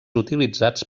utilitzats